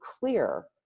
clear